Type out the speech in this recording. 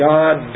God